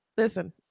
listen